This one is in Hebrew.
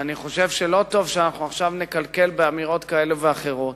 ואני חושב שלא טוב שאנחנו עכשיו נקלקל באמירות כאלה ואחרות